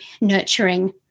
nurturing